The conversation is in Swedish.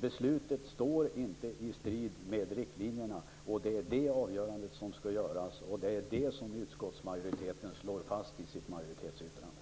Beslutet står inte i strid med riktlinjerna. Det är detta avgörande som skall göras, och det är det som utskottsmajoriteten slår fast i sitt majoritetsyttrande.